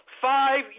Five